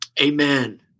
Amen